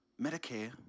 Medicare